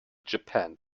japan